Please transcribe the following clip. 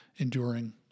enduring